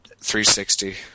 360